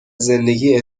زندگی